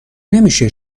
نمیشه